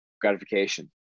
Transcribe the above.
gratification